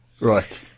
Right